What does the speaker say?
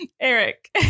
eric